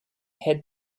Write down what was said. head